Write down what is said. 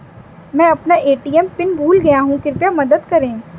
मैं अपना ATM PIN भूल गया हूँ, कृपया मदद करें